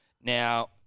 Now